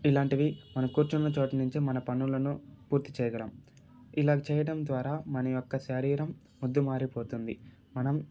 ఇలాంటివి మనం కూర్చున్న చోటు నుంచే మన పనులను పూర్తి చేయగలం ఇలా చేయడం ద్వారా మన యొక్క శరీరం మొద్దుబారి పోతుంది మనం